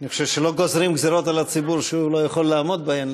אני חושב שלא גוזרים על הציבור גזירות שהוא לא יכול לעמוד בהן,